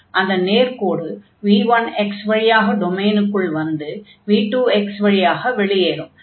அந்த நேர்க்கோடு v1x வழியாக டொமைனுக்குள் வந்து v2 வழியாக வெளியேறும்